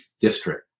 District